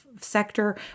Sector